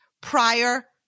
prior